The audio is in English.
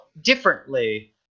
differently